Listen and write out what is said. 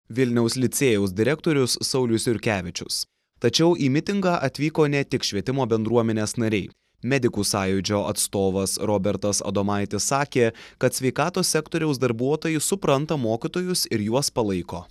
vilniaus licėjaus direktorius saulius jurkevičius tačiau į mitingą atvyko ne tik švietimo bendruomenės nariai medikų sąjūdžio atstovas robertas adomaitis sakė kad sveikatos sektoriaus darbuotojai supranta mokytojus ir juos palaiko